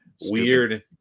weird